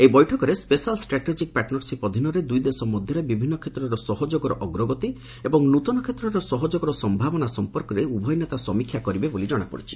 ଏହି ବୈଠକରେ special strategic partnership ଅଧୀନରେ ଦୁଇ ଦେଶ ମଧ୍ୟରେ ବିଭିନ୍ନ କ୍ଷେତ୍ରରେ ସହଯୋଗର ଅଗ୍ରଗତି ଏବଂ ନୂତନ କ୍ଷେତ୍ରରେ ସହଯୋଗର ସମ୍ଭାବନା ସମ୍ପର୍କରେ ଉଭୟ ନେତା ସମୀକ୍ଷା କରିବେ ବୋଲି ଜଣାଯାଇଛି